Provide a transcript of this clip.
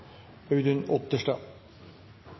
Audun Otterstad